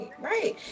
right